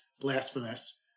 blasphemous